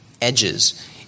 edges